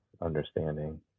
understanding